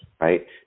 right